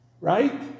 Right